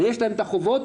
יש להם את החובות,